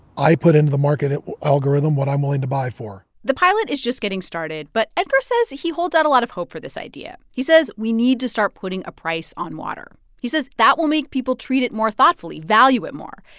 i put into the market algorithm what i'm willing to buy for the pilot is just getting started, but edgar says he holds out a lot of hope for this idea. he says we need to start putting a price on water. he says that will make people treat it more thoughtfully, value it more.